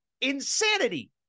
insanity